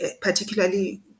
Particularly